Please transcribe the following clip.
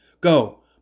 Go